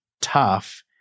tough